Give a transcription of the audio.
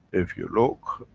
if you look